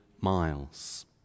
Miles